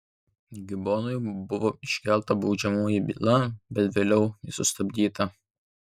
gibonui buvo iškelta baudžiamoji byla bet vėliau ji sustabdyta